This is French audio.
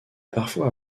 parfois